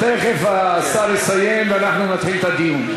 תכף השר יסיים ואנחנו נתחיל את הדיון.